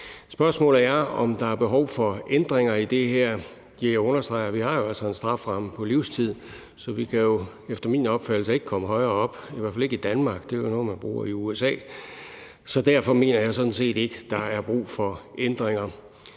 Spørgsmålet er, om der er behov for ændringer i det her. Ja, jeg understreger jo altså, at vi har en strafferamme på livstid, så vi kan jo efter min opfattelse ikke komme højere op, i hvert fald ikke i Danmark – det er jo noget, man bruger i USA – så derfor mener jeg sådan set ikke, der er brug for ændringer.